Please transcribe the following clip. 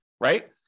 right